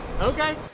Okay